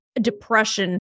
Depression